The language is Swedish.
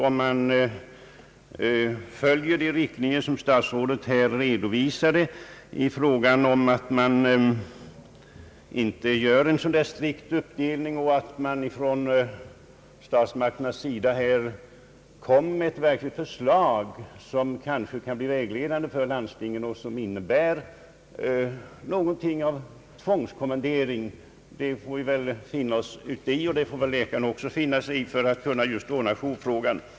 Om man följer de riktlinjer, som statsrådet redovisade och inte gör någon särskilt strikt uppdelning, och om man från statsmakternas sida kommer med ett verkligt förslag, som kunde bli vägledande för landstingen och kanske innebar något av en tvångskommendering, så får väl vi och även läkarna finna oss i det för att kunna ordna jourproblemet.